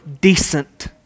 decent